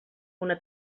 una